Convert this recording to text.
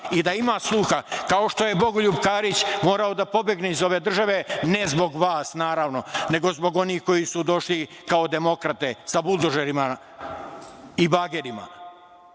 i da ima sluha, kao što je Bogoljub Karić morao da pobegne iz ove države, ne zbog vas, naravno, nego zbog onih koji su došli kao demokrate sa buldožerima i bagerima,